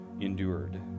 endured